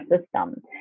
system